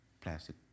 plastic